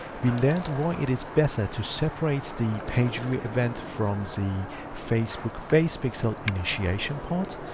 we learned why it is better to separate the patriot event from the facebook base pixel initiation part.